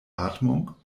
atmung